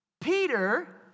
Peter